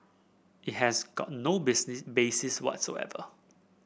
it has got no basis whatsoever